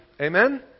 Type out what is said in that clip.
Amen